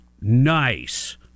nice